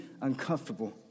uncomfortable